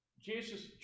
Jesus